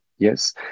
Yes